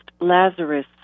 Lazarus